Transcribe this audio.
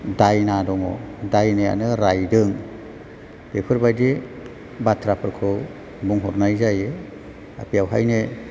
दायना दङ दायनायानो रायदों बेफोबायदि बाथ्राफोरखौ बुंहरनाय जायो बेवहायनो